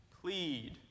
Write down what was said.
Plead